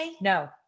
No